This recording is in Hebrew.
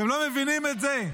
אתם לא מבינים את זה?